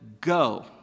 Go